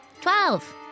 Twelve